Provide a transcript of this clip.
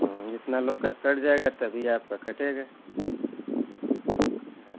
हाँ इतना लोग का कट जाएगा तभी आपका कटेगा हाँ